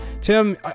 Tim